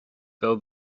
tell